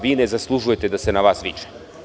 Vi ne zaslužujete da se na vas viče.